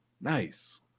nice